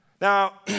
Now